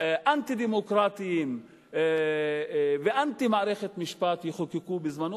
אנטי-דמוקרטיים ואנטי מערכת משפט יחוקקו בזמנו.